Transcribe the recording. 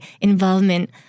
involvement